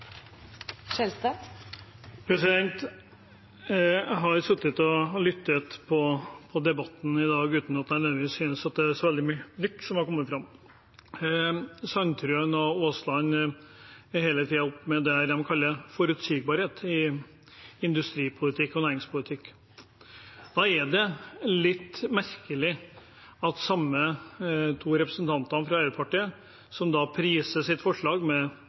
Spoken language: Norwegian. Der meiner eg alle i denne salen også må vere med. Jeg har sittet og lyttet på debatten i dag, uten at jeg synes at det nødvendigvis er så veldig mye nytt som har kommet fram. Sandtrøen og Aasland er hele tiden fremme med det de kaller forutsigbarhet i industripolitikk og næringspolitikk. Da er det litt merkelig at de samme to representantene fra Arbeiderpartiet priser sitt forslag, med